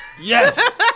Yes